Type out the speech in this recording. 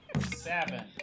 Seven